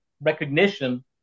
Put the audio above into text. recognition